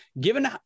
given